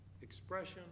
Expression